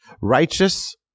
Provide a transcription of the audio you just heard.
Righteous